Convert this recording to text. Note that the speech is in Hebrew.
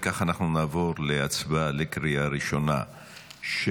אם כך, נעבור להצבעה בקריאה ראשונה על